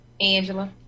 Angela